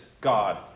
God